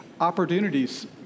opportunities